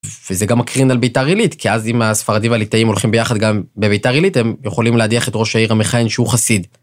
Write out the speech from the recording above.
וזה גם מקרין על בית"ר עילית, כי אז אם הספרדים והליטאים הולכים ביחד גם בבית"ר עילית הם יכולים להדיח את ראש העיר המכהן, שהוא חסיד.